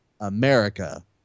America